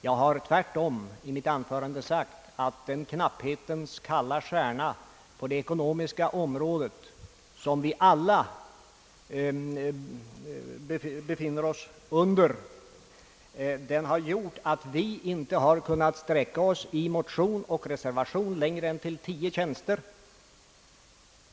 Jag förklarade tvärtom i mitt anförande att den knapphetens kalla stjärna, som vi alla lever under på det ekonomiska området, har gjort att vi inte kunnat sträcka oss längre i motion och reservation än till tio tjänster.